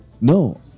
no